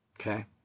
Okay